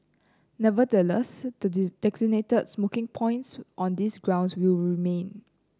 nevertheless the designated smoking points on these grounds will remain